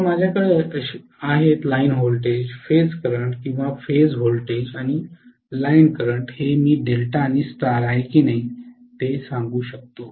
तर माझ्याकडे आहे लाइन व्होल्टेज आणि फेज करंट किंवा फेज व्होल्टेज आणि लाइन करंट हे मी डेल्टा आणि स्टार आहे की नाही ते सांगू शकतो